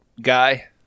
guy